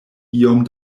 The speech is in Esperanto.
iom